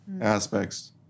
Aspects